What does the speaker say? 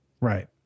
Right